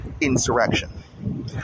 insurrection